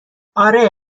اره